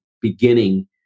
beginning